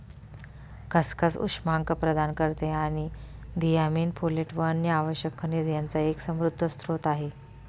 खसखस उष्मांक प्रदान करते आणि थियामीन, फोलेट व अन्य आवश्यक खनिज यांचा एक समृद्ध स्त्रोत आहे